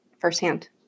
firsthand